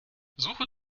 suche